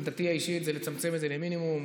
עמדתי האישית היא לצמצם את זה למינימום,